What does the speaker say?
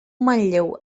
manlleu